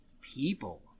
People